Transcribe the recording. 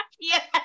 Yes